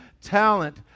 talent